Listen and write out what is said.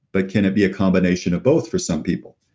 but can it be a combination of both for some people?